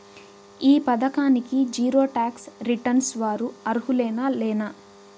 ఈ పథకానికి zero tax returns వారు అర్హులేనా లేనా?